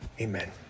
Amen